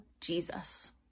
Jesus